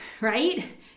right